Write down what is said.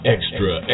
Extra